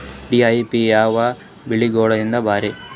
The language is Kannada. ಡಿ.ಎ.ಪಿ ಯಾವ ಬೆಳಿಗೊಳಿಗ ಭಾರಿ?